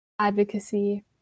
advocacy